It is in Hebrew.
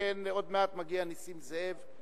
שכן עוד מעט מגיע נסים זאב,